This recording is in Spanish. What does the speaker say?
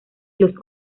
los